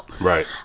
Right